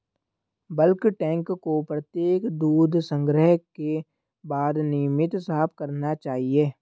bulk tank को प्रत्येक दूध संग्रह के बाद नियमित साफ करना चाहिए